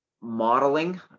modeling